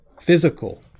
physical